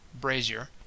brazier